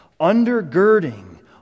undergirding